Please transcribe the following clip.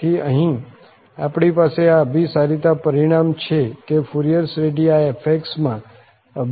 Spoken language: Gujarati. તેથી અહીં આપણી પાસે આ અભીસારિતા પરિણામ છે કે ફુરિયર શ્રેઢી આ f માં અભિસારી થાય છે